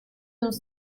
uns